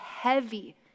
heavy